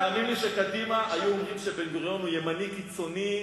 תאמין לי שקדימה היו אומרים שבן-גוריון הוא ימני קיצוני.